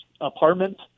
apartment